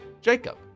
Jacob